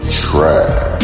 trash